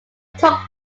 took